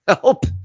help